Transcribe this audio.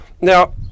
Now